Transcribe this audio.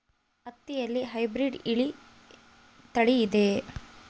ಹತ್ತಿಯಲ್ಲಿ ಹೈಬ್ರಿಡ್ ತಳಿ ಇದೆಯೇ?